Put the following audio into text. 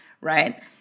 right